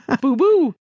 Boo-boo